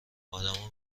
آدما